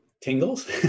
Tingles